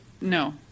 no